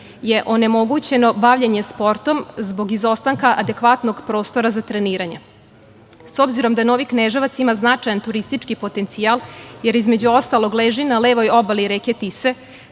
je onemogućeno bavljenje sportom zbog izostanka adekvatnog prostora za treniranje.S obzirom da Novi Kneževac ima značajan turistički potencijal jer, između ostalog, leži na levoj obali reke Tise,